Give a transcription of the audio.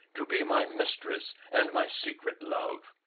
to be my mistress and my secret love.